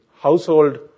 household